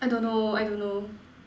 I don't know I don't know